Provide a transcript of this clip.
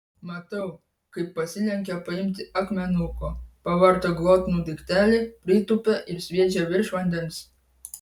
matau kaip pasilenkia paimti akmenuko pavarto glotnų daiktelį pritūpia ir sviedžia virš vandens